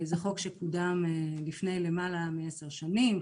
זה חוק שקודם לפני למעלה מעשר שנים.